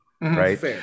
Right